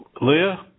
Leah